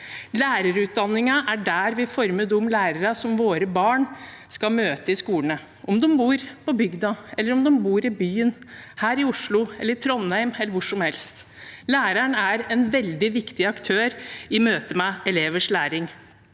Lærerutdanningen er der vi former de lærerne som våre barn skal møte i skolen, om de bor på bygda eller i byen, her i Oslo, i Trondheim eller hvor som helst. Læreren er en veldig viktig aktør i møte med elevers læring.